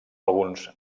alguns